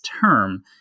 term